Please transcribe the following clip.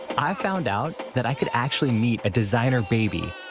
i found out that i could actually meet a designer baby